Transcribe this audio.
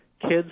kids